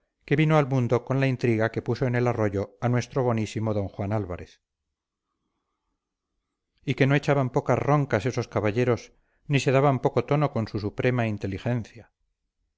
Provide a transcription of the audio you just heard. que vino al mundo con la intriga que puso en el arroyo a nuestro bonísimo d juan álvarez y que no echaban pocas roncas esos caballeros ni se daban poco tono con su suprema inteligencia